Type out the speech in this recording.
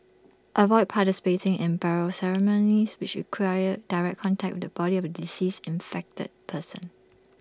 avoid participating in burial ceremonies which require direct contact with the body of A deceased infected person